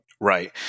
Right